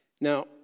Now